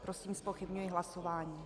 Prosím, zpochybňuji hlasování.